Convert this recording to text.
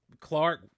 Clark